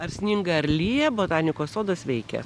ar sninga ar lyja botanikos sodas veikia